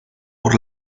por